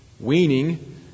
Weaning